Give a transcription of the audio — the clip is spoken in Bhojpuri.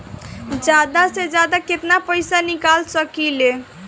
जादा से जादा कितना पैसा निकाल सकईले?